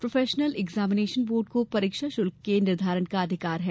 professional examination board को परीक्षा शुल्क के निर्धारण का अधिकार है